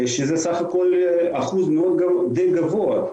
שזה אחוז די גבוה,